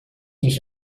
mich